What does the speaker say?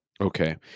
Okay